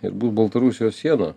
ir bus baltarusijos siena